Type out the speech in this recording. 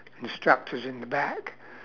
and strapped us in the back